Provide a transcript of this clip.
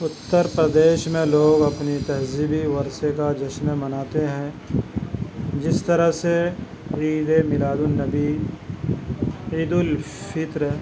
اُتر پردیش میں لوگ اپنی تہذیبی ورثے کا جشن مناتے ہیں جس طرح سے عید میلاد النّبی عید الفِطر